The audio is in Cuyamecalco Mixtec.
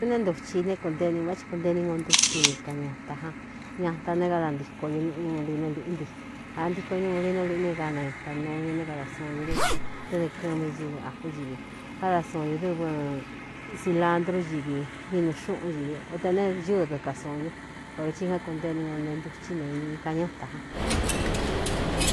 Túnéé ntuchi i né kūnte ne vá ti kuntee ni kontuchi kaan ñata jan ñata ne kada ntīko ñu niꞌimulinu liꞌnti āntíko ini mulinu liꞌni ganañata nuu ñu né kada suun ñu dɨɨ nɨɨ kɨ́mi ivi aú ivi káda suun ñū dɨ́vɨ silandrú ñivi vinuxúꞌun ñivi o te ne ñɨɨ dɨka suun ñu poro tsi á kuntee ni ko ntantuchí ne kaꞌan ñáta jan.